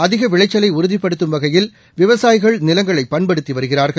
அதிகவிளைச்சலைஉறுதிப்படுத்தும் வகையில் விவசாயிகள் நிலங்களைபண்படுத்திவருகிறார்கள்